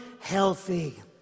healthy